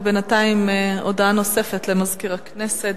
בינתיים הודעה נוספת למזכיר הכנסת.